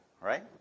right